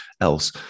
else